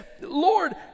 Lord